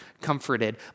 comforted